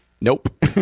Nope